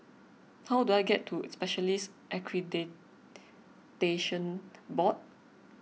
how do I get to Specialists Accreditation Board